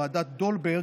ועדת דולברג,